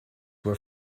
were